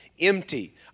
empty